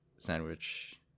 sandwich